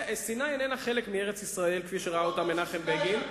סיני איננה חלק מארץ-ישראל כפי שראה אותה מנחם בגין,